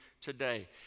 today